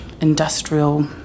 industrial